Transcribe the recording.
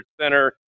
Center